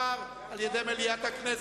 אושר על-ידי מליאת הכנסת.